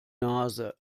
nase